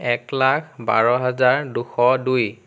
এক লাখ বাৰ হাজাৰ দুশ দুই